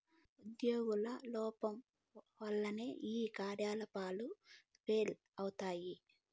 ఉజ్యోగుల లోపం వల్లనే ఈ కార్యకలాపాలు ఫెయిల్ అయితయి